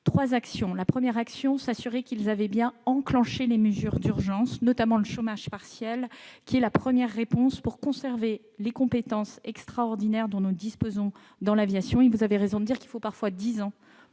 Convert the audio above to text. nous nous sommes assurés qu'ils avaient bien enclenché les mesures d'urgence, notamment le chômage partiel, qui est la première réponse pour conserver les compétences extraordinaires dont nous disposons dans l'aviation. Vous avez raison de le souligner, il faut parfois dix ans